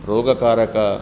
रोगकारक